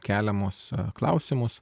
keliamus klausimus